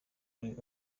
muri